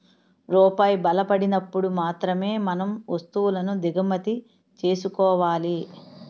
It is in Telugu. రూపాయి బలపడినప్పుడు మాత్రమే మనం వస్తువులను దిగుమతి చేసుకోవాలి